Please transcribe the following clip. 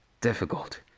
Difficult